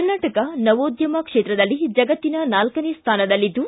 ಕರ್ನಾಟಕ ನವೋದ್ಯಮ ಕ್ಷೇತ್ರದಲ್ಲಿ ಜಗತ್ತಿನ ನಾಲ್ಕನೇ ಸ್ಥಾನದಲ್ಲಿದ್ದು